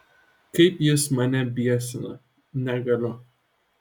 kaip jis mane biesina negaliu